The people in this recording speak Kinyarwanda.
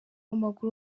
w’amaguru